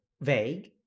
vague